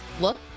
look